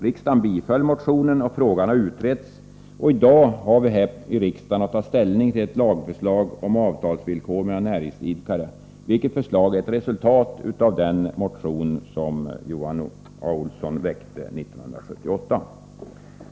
Riksdagen biföll motionen och frågan har utretts, och i dag har vi att här i riksdagen ta ställning till ett lagförslag om avtalsvillkor mellan näringsidkare, vilket förslag är ett resultat av den motion som Johan A. Olsson väckte år 1978.